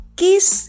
kiss